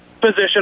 position